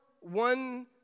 one